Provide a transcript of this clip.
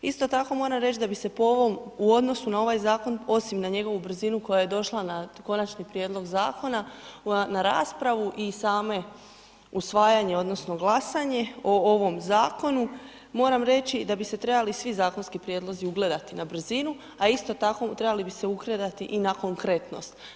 Isto tako moram reći, da bi se po ovom, u odnosu na ovaj zakon, osim na njegovu brzinu koja je došla na konačni prijedlog zakona, na raspravu i same usvajanja, odnosno, glasanje o ovom zakonu, moram reći, da bi se trebali svi zakonski prijedlozi ugledati na brzinu, a isto tako trebali bi se ugledati i na konkretnost.